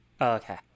Okay